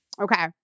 Okay